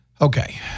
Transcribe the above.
Okay